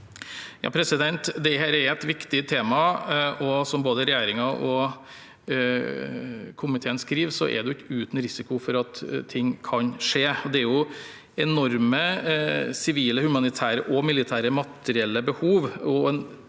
Gram Dette er et viktig tema, og som både regjeringen og komiteen skriver, er det ikke uten risiko for at ting kan skje. Det er enorme sivile, humanitære og militære materielle behov